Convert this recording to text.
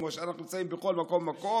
כמו שאנחנו נמצאים בכל מקום ומקום,